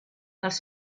dels